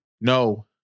No